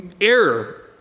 error